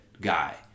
guy